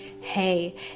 Hey